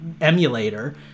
emulator